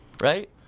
right